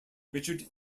richard